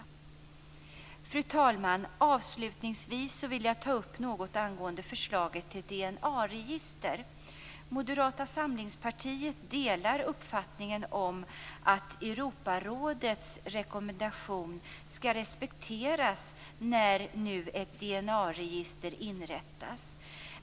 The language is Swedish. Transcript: Fru talman! Avslutningsvis vill jag ta upp något angående förslaget till DNA-register. Moderata samlingspartiet delar uppfattningen att Europarådets rekommendation skall respekteras när ett DNA-register nu inrättas.